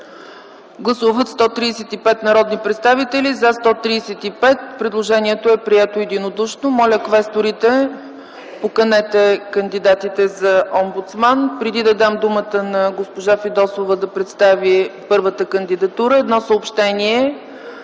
за 135, против и въздържали се няма. Предложението е прието единодушно. Моля, квесторите, поканете кандидатите за омбудсман. Преди да дам думата на госпожа Фидосова да представи първата кандидатура, едно съобщение: